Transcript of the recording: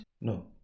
no